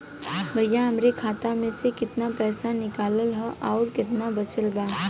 भईया हमरे खाता मे से कितना पइसा निकालल ह अउर कितना बचल बा?